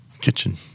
Kitchen